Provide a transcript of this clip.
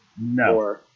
No